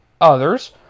others